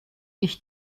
ich